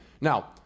now